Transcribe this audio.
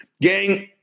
Gang